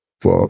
Fuck